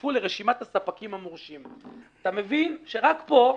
תצורפו לרשימת הספקים המורשים." אתה מבין שרק פה,